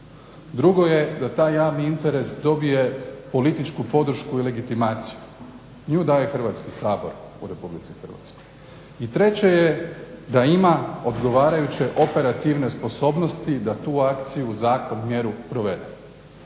Drugo je da taj javni interes dobije političku podršku i legitimaciju. Nju daje Hrvatski sabor u Republici Hrvatskoj. I treće je da ima odgovarajuće operativne sposobnosti da tu akciju, zakon, mjeru provede.